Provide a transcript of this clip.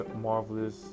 marvelous